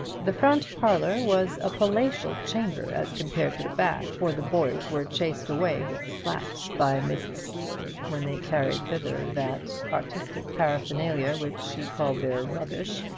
the front parlour was a palatial chamber as compared to the back for the boys were chased away with slaps by mrs. sleaford when they carried thither that artistic paraphernalia which she called their rubbish,